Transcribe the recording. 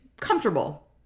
comfortable